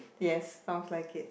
yes likes it